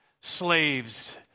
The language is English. slaves